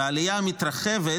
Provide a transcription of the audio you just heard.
והעליה המתרחבת